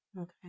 Okay